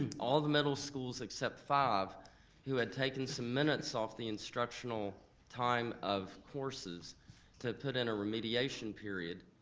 all the middle schools except five who had taken some minutes off the instructional time of courses to put in a remediation period,